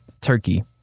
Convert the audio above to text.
Turkey